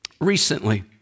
Recently